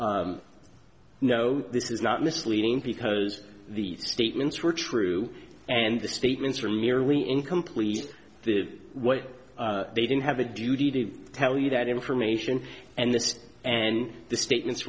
no this is not misleading because the statements were true and the statements are merely incomplete the way they didn't have a duty to tell you that information and this and the statements